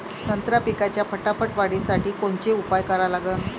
संत्रा पिकाच्या फटाफट वाढीसाठी कोनचे उपाव करा लागन?